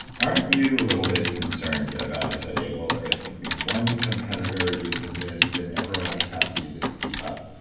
aren't you a little bit concerned about this idea, well, if one competitor uses this, then everyone else has to use it to keep up?